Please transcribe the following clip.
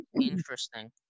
interesting